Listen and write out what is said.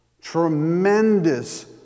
Tremendous